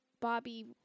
Bobby